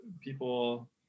people